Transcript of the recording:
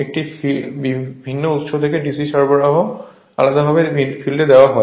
একটি ভিন্ন উৎস থেকে DC সরবরাহ আলাদাভাবে ফিল্ডে দেওয়া হয়